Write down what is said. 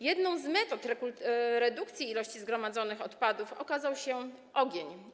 Jedną z metod redukcji ilości zgromadzonych odpadów okazał się ogień.